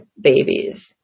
babies